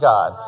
God